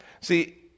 See